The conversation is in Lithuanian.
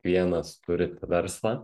vienas turi verslą